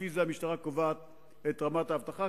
לפי זה המשטרה קובעת את רמת האבטחה.